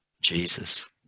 Jesus